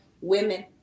women